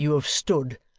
you have stood,